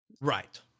right